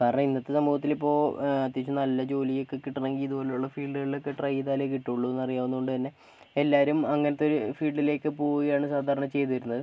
കാരണം ഇന്നത്തെ സമൂഹത്തിലിപ്പോൾ അത്യാവശ്യം നല്ല ജോലിയൊക്കെ കിട്ടണമെങ്കിൽ ഇതുപോലുള്ള ഫീൽഡുകളിലൊക്കെ ട്രൈ ചെയ്താലെ കിട്ടുകയുള്ളു എന്ന് അറിയാവുന്നത് കൊണ്ട് തന്നെ എല്ലാവരും അങ്ങനത്തെ ഒരു ഫീൽഡിലേക്ക് പോവുകയാണ് സാധാരണ ചെയ്തുവരുന്നത്